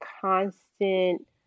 constant